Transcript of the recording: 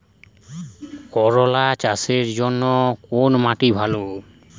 করলা চাষের জন্য কোন মাটি ভালো?